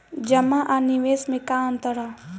जमा आ निवेश में का अंतर ह?